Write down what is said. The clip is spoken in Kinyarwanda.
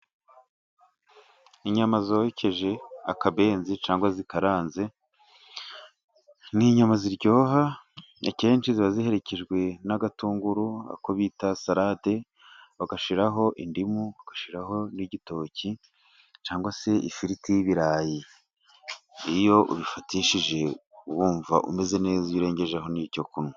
Inyama zokeje akabenzi cyangwa zikaranze ni inyama ziryoha, akenshi ziba ziherekejwe n'agatungu ako bita salade, bagashyiraho indimu, bagashyiraho n'igitoki cyangwa se ifiriti y'ibirayi, iyo ubifatishije wumva umeze neza urengejeho n'icyo kunywa.